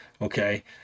Okay